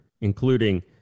including